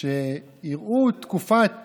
יראו תקופת